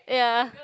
ya